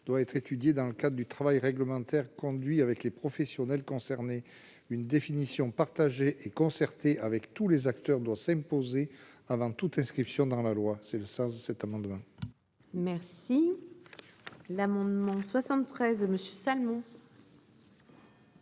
doit être étudiée dans le cadre d'un travail réglementaire conduit avec les professionnels concernés. Une définition établie en concertation avec tous les acteurs doit s'imposer avant toute inscription dans la loi. Tel est le sens de cet amendement. L'amendement n° 73 rectifié,